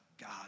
God